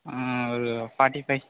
ஆ ஒரு forty five